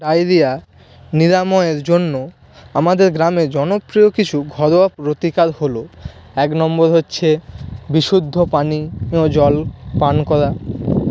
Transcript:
diarrhoea নিরাময়ের জন্য আমাদের গ্রামে জনপ্রিয় কিছু ঘরোয়া প্রতিকার হল এক নম্বর হচ্ছে বিশুদ্ধ পানীয় জল পান করা